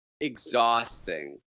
exhausting